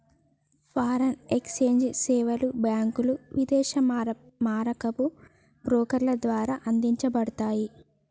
foreign exchange సేవలు బ్యాంకులు, విదేశీ మారకపు బ్రోకర్ల ద్వారా అందించబడతయ్